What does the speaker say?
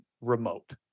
remote